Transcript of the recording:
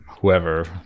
whoever